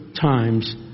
times